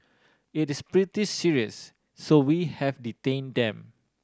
it is pretty serious so we have detain them